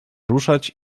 ruszać